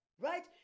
Right